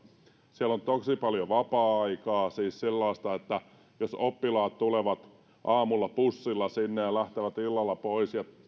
siellä on tosi paljon vapaa aikaa siis sellaista että jos oppilaat tulevat aamulla bussilla sinne ja lähtevät illalla pois niin